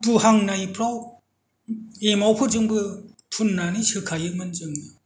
बुहांनायफ्राव एमावफोरजोंबो फुननानै सोखायोमोन जोङो